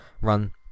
Run